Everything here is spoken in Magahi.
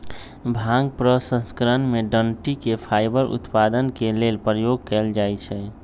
भांग प्रसंस्करण में डनटी के फाइबर उत्पादन के लेल प्रयोग कयल जाइ छइ